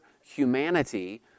humanity